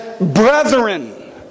brethren